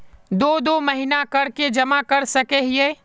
दो दो महीना कर के जमा कर सके हिये?